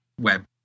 web